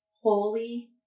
Holy